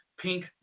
pink